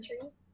country